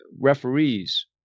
referees